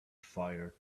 fire